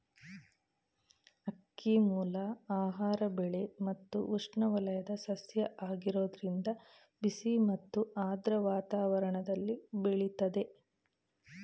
ಅಕ್ಕಿಮೂಲ ಆಹಾರ ಬೆಳೆ ಮತ್ತು ಉಷ್ಣವಲಯದ ಸಸ್ಯ ಆಗಿರೋದ್ರಿಂದ ಬಿಸಿ ಮತ್ತು ಆರ್ದ್ರ ವಾತಾವರಣ್ದಲ್ಲಿ ಬೆಳಿತದೆ